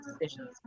decisions